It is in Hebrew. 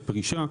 פרישה.